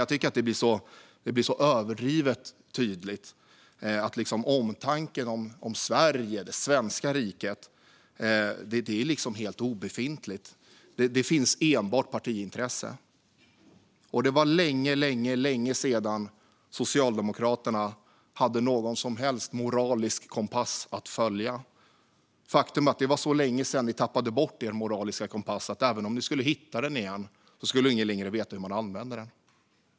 Jag tycker att det blir överdrivet tydligt att omtanken om Sverige och det svenska riket är helt obefintlig och att det enbart finns partiintresse. Det var länge sedan Socialdemokraterna hade någon som helst moralisk kompass att följa. Faktum är att det är så länge sedan de tappade bort sin kompass att ingen längre skulle veta hur den används om de hittade den igen.